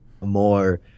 more